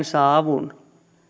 saa avun